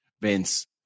Vince